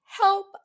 help